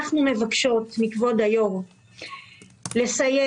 אנחנו מבקשות מכבוד היושב ראש לסייג.